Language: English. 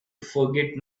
forget